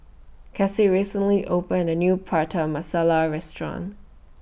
Kasie recently opened A New Prata Masala Restaurant